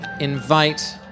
invite